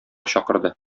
чакырды